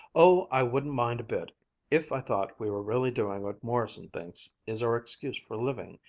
oh, i wouldn't mind a bit if i thought we were really doing what morrison thinks is our excuse for living,